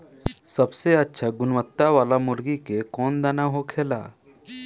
सबसे अच्छा गुणवत्ता वाला मुर्गी के कौन दाना होखेला?